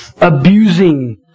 abusing